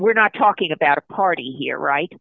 we're not talking about a party here right